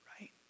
right